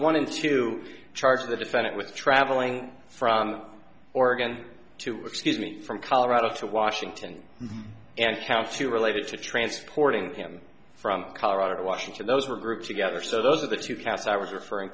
one in to charge the defendant with traveling from oregon to excuse me from colorado to washington and how to relate it to transporting him from colorado to washington those were grouped together so those are the two casts i was referring